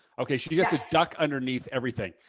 okay, she has to duck underneath everything.